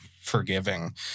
forgiving